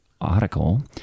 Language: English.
article